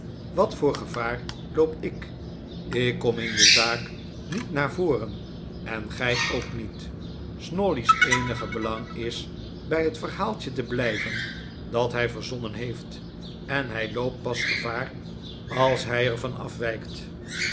wat voor gevaar loop ik ik kom in de zaak niet naar voren en gij ook niet snawley's eenige belang is bij het verhaaltje te blijven dat hij verzonnen heeft en hij loopt pas gevaar als hij er van nieuwe wraakplannen afwijkt